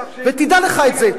ותדע לך את זה.